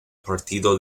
partido